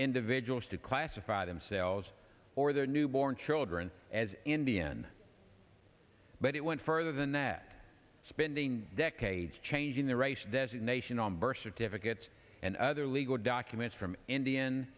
individuals to classify themselves or their newborn children as indian but it went further than that spending decades changing their race designation on birth certificates and other legal documents from india